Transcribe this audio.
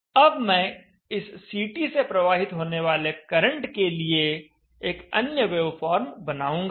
अब मैं एक इस CT से प्रवाहित होने वाले करंट के लिए एक अन्य वेवफॉर्म बनाऊंगा